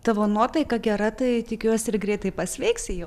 tavo nuotaika gera tai tikiuosi ir greitai pasveiksi jau